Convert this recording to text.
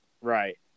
right